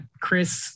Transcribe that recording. Chris